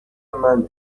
منه